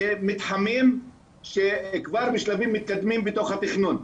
כמתחמים שכבר בשלבים מתקדמים בתוך התכנון.